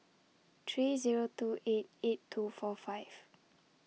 three Zero two eight eight two four five